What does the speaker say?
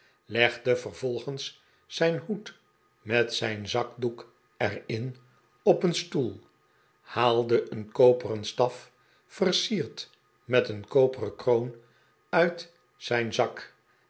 legde vervolgens zijn hoed met zijn zakdoek er in op een stoel haalde een koperen staf versierd met een koperen kroon uit zijn zak